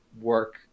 work